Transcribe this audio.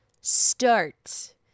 start